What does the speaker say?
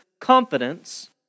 confidence